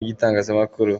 ry’itangazamakuru